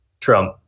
Trump